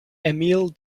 emil